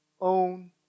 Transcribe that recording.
own